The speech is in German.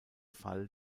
fall